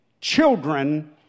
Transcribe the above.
children